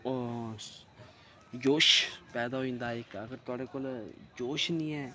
जोश पैदा होई जंदा इक अगर थुआड़े कोल जोश नि ऐ